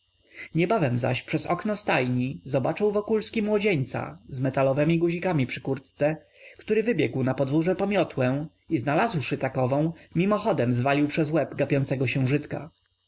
niebawem zaś przez okno stajni zobaczył wokulski młodzieńca z metalowemi guzikami przy kurtce który wybiegł na podwórze po miotłę i znalazłszy takową mimochodem zwalił przez łeb gapiącego się żydka